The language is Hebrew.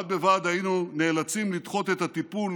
בד בבד היינו נאלצים לדחות את הטיפול